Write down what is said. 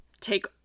take